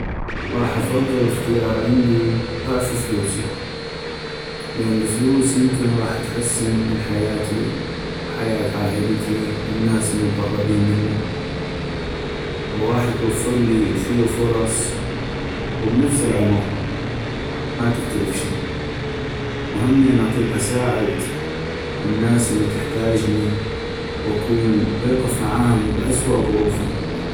غاح افضل اختيار عندي ضعف فلوسي ، لان الفلوس يمكن غاح تحسن من حياتي وحياة عائلتي والناس المقربين مني ، وغاح توفرلي كثيغ فرص وبنفس العمغ ما تختلف شي ، وهمين اطيق اساعد الناس اللي تحتاجني واكون ويقف معاهم باسوء ظروفم.